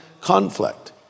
conflict